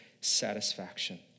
satisfaction